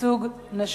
ייצוג נשים.